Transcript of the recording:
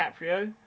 DiCaprio